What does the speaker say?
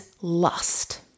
lust